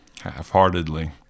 half-heartedly